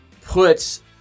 puts